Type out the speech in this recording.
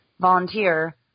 volunteer